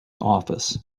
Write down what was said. office